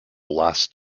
last